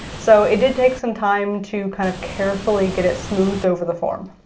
so it did take some time to kind of carefully get it smoothed over the form.